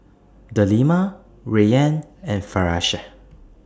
Delima Rayyan and Firash